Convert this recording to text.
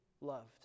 loved